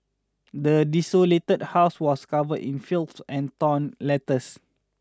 the desolated house was covered in filth and torn letters